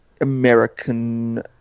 American